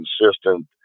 consistent